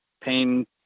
pain